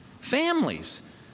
families